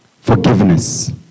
forgiveness